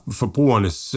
forbrugernes